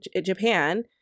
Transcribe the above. Japan